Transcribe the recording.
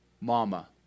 mama